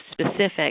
specific